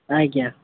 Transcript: ଆଜ୍ଞା